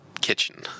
kitchen